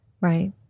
Right